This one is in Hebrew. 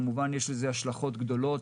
כמובן יש לזה השלכות גדולות.